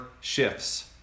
shifts